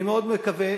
אני מאוד מקווה